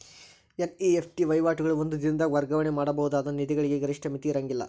NEFT ವಹಿವಾಟುಗಳು ಒಂದ ದಿನದಾಗ್ ವರ್ಗಾವಣೆ ಮಾಡಬಹುದಾದ ನಿಧಿಗಳಿಗೆ ಗರಿಷ್ಠ ಮಿತಿ ಇರ್ಂಗಿಲ್ಲಾ